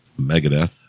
Megadeth